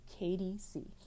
KDC